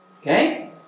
Okay